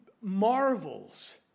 marvels